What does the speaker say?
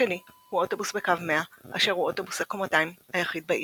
השני הוא אוטובוס בקו 100 אשר הוא אוטובוס הקומתיים היחיד בעיר,